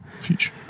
future